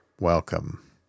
Welcome